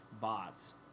bots